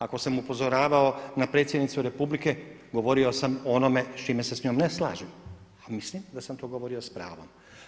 Ako sam upozorao na predsjednicu Republike, govorio sam o onome s čime se s njom ne slažem a mislim da sam to govorio sa pravom.